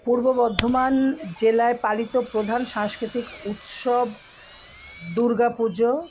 পূর্ব বর্ধমান জেলায় পালিত প্রধান সাংস্কৃতিক উৎসব দুর্গা পুজো